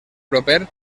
proper